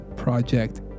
Project